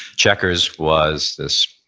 chequers was this